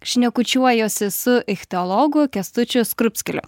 šnekučiuojuosi su ichtiologu kęstučiu skrupskeliu